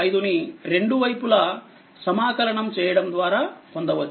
5 ని రెండు వైపులా సమాకలనం ఇంటిగ్రేట్ చేయడం ద్వారాపొందవచ్చు